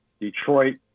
detroit